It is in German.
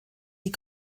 die